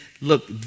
look